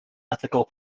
ethical